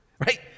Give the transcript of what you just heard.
right